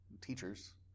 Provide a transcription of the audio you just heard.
teachers